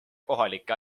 kohalike